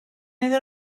iddyn